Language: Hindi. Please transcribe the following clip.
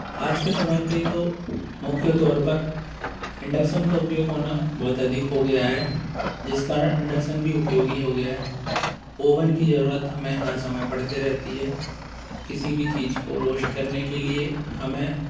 आज के समय पर तो मुख्य तौर पर इंडक्सन का उपयोग होना बहुत अधिक हो गया है जिस कारण इंडक्सन भी उपयोगी हो गया है ओवन की ज़रूरत हमें हर समय पढ़ते रहती है किसी भी चीज़ को रोश्ट करने के लिए हमें